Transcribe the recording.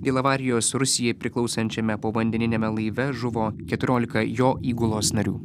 dėl avarijos rusijai priklausančiame povandeniniame laive žuvo keturiolika jo įgulos narių